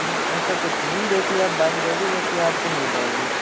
न ऐसा कुछ नहीं जैसी आप बाइक दोगे वैसी आपको मिल जाएगी